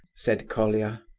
said colia.